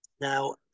Now